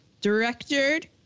Directed